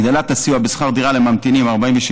הגדלת הסיוע בשכר דירה לממתינים ל-47